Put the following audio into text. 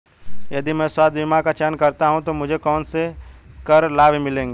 यदि मैं स्वास्थ्य बीमा का चयन करता हूँ तो मुझे कौन से कर लाभ मिलेंगे?